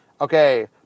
Okay